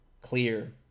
clear